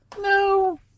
no